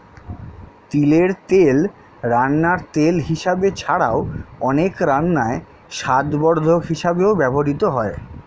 তিলের তেল রান্নার তেল হিসাবে ছাড়াও, অনেক রান্নায় স্বাদবর্ধক হিসাবেও ব্যবহৃত হয়